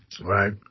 Right